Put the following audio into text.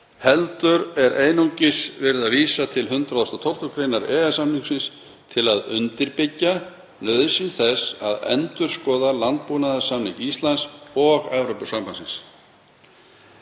heldur er einungis verið að vísa til 112. gr. EES-samningsins til að undirbyggja nauðsyn þess að endurskoða landbúnaðarsamning Íslands og Evrópusambandsins.